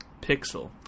Pixel